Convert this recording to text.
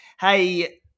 Hey